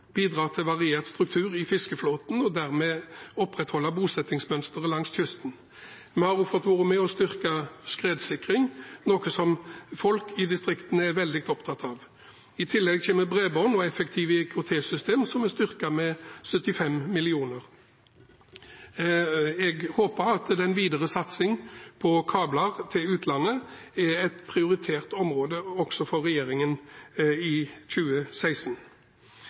bidra til variert struktur i fiskeflåten og dermed opprettholde bosettingsmønsteret langs kysten. Vi har også fått være med på å styrke skredsikring, noe som folk i distriktene er veldig opptatt av. I tillegg kommer bredbånd og effektive IKT-system, som er styrket med 75 mill. kr. Jeg håper at den videre satsingen på kabler til utlandet er et prioritert område også for regjeringen i 2016.